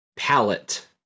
Palette